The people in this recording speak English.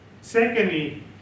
Secondly